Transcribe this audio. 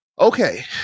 Okay